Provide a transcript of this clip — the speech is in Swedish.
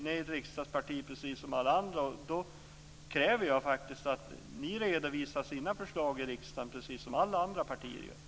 Ni är ett riksdagsparti precis som alla andra, och då kräver jag att ni redovisar era förslag i riksdagen precis som alla andra partier får göra.